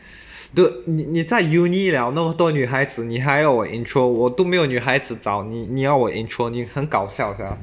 dude 你你在 uni~ 了那么多女孩子你还有我 intro 我都没有女孩子找你你要我 intro 你很搞笑 sia